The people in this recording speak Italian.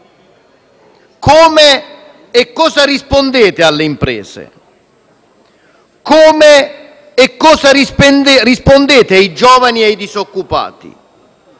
Come e cosa rispondete alle imprese? Come e cosa rispondete ai giovani e ai disoccupati?